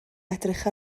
edrych